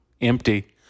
empty